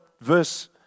verse